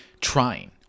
trying